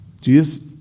Jesus